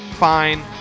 fine